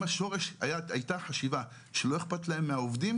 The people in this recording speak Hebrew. אם השורש הייתה חשיבה שלא איכפת להם מהעובדים